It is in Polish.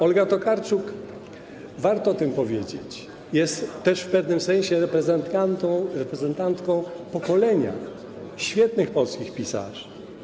Olga Tokarczuk, warto o tym powiedzieć, jest też w pewnym sensie reprezentantką pokolenia świetnych polskich pisarzy.